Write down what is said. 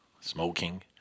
smoking